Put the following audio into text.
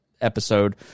episode